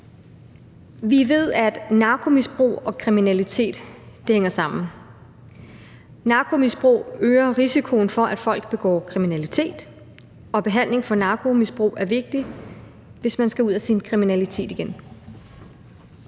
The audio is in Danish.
Vi ved, at narkomisbrug og kriminalitet hænger sammen. Et narkomisbrug øger risikoen for, at folk begår kriminalitet, og behandling for et narkomisbrug er vigtigt, hvis man skal ud af sin kriminalitet igen.